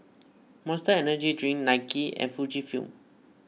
Monster Energy Drink Nike and Fujifilm